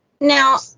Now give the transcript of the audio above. Now